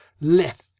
lift